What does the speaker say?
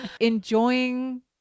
enjoying